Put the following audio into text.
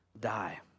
die